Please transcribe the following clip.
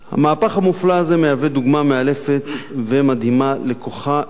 המהפך המופלא הזה הוא דוגמה מאלפת ומדהימה לכוחה של